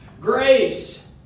grace